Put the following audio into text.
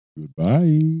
Goodbye